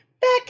Back